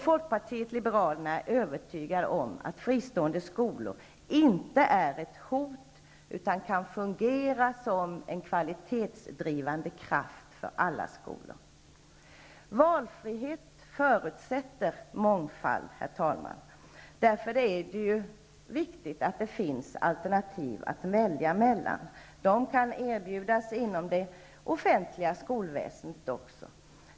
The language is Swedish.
Folkpartiet liberalerna är övertygade om att fristående skolor inte utgör ett hot, utan kan fungera som en kvalitetsdrivande kraft för alla skolor. Herr talman! Valfrihet förutsätter mångfald. Därför är det viktigt att det finns alternativ att välja mellan. De alternativen kan erbjudas inom det offentliga skolväsendet.